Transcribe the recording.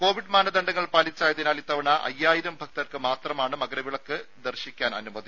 Covid മാനദണ്ഡങ്ങൾ പാലിച്ചായതിനാൽ ഇത്തവണ അയ്യായിരം ഭക്തർക്ക് മാത്രമാണ് മകര വിളക്ക് ദർശിക്കാൻ അനുമതി